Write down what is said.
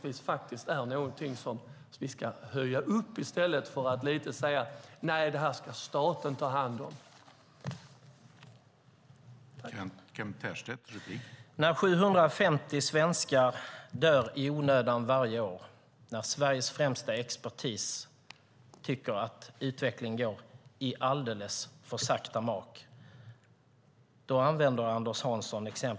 Vi ska höja upp dem i stället för att säga att staten ska ta hand om det.